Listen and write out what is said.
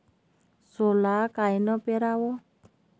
सोला कायनं पेराव?